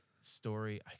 story